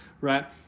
right